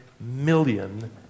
million